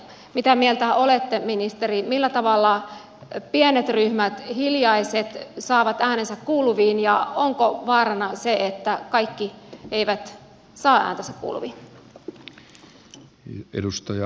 mitä mieltä olette ministeri millä tavalla pienet ryhmät hiljaiset saavat äänensä kuuluviin ja onko vaarana se että kaikki eivät saa ääntänsä kuuluviin